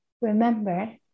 remember